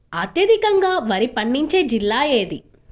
అత్యధికంగా వరి పండించే జిల్లా ఏది?